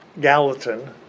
Gallatin